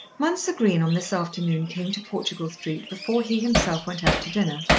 mounser green on this afternoon came to portugal street before he himself went out to dinner,